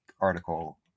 article